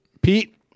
Pete